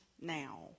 now